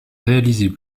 réaliser